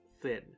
thin